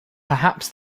perhaps